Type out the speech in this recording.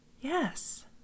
yes